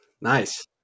Nice